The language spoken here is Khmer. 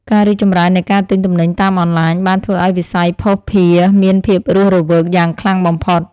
ការរីកចម្រើននៃការទិញទំនិញតាមអនឡាញបានធ្វើឱ្យវិស័យភស្តុភារមានភាពរស់រវើកយ៉ាងខ្លាំងបំផុត។